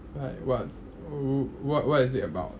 what's wh~ wh~ what is it about